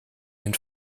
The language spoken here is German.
den